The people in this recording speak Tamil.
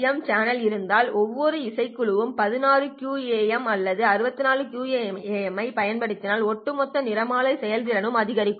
எம் சேனல் இருந்தால் ஒவ்வொரு இசைக்குழுவும் 16 QAM அல்லது 64 QAM ஐப் பயன்படுத்தினால் ஒட்டுமொத்த நிறமாலை செயல்திறனும் அதிகரிக்கும்